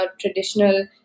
traditional